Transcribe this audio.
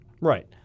Right